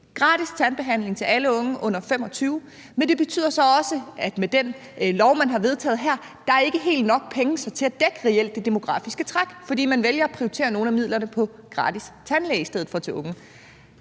gratis tandbehandling til alle unge under 25 år, men at det så også betyder, at der med den lov, man har vedtaget her, reelt ikke er helt nok penge til at dække det demografiske træk, fordi man vælger at prioritere nogle af midlerne på gratis tandlæge til unge